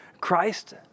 Christ